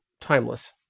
timeless